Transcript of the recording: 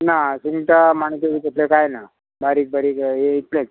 ना सुंगटां माणक्यो बी तसलें कांय ना बारीक बारीक हे इतलेंच